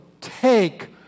take